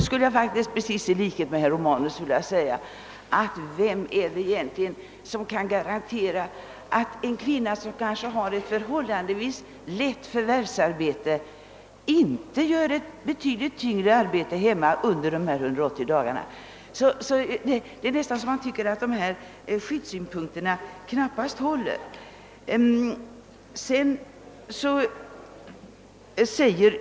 — vill jag i likhet med herr Romanus fråga: Vem kan egentligen garantera att en kvinna, som kanske har ett förhållandevis lätt förvärvsarbete, inte gör ett betydligt tyngre arbete hemma under dessa 180 dagar? Det förefaller som om dessa skyddssynpunkter knappast håller.